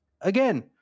again